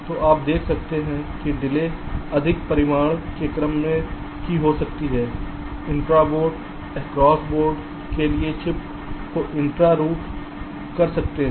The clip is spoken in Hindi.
तो आप देख सकते हैं कि डिले अधिक परिमाण के क्रम की हो सकती है इंट्रा बोर्ड और एक्रॉस बोर्ड के लिए चिप को इंट्रा रूट कर सकते हैं